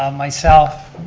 um myself,